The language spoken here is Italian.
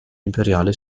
imperiale